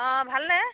অঁ ভালনে